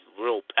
real